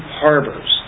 harbors